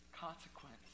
consequence